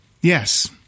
Yes